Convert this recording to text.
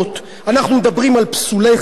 אנחנו מדברים על פסולי חיתון.